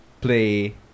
play